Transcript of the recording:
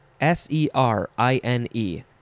S-E-R-I-N-E